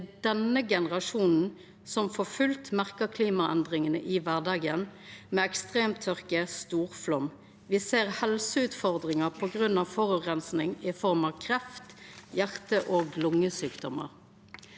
Det er denne gene rasjonen som for fullt merkar klimaendringane i kvardagen, med ekstremtørke og storflaum. Me ser helseutfordringar på grunn av forureining i form av kreft og hjarte- og lungesjukdomar.